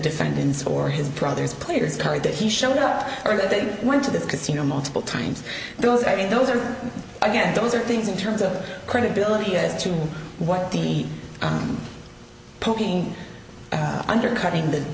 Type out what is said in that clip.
defendant's or his brother's players card that he showed up or that they went to the casino multiple times those i mean those are again those are things in terms of credibility as to what the poking undercutting